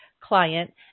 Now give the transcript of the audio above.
client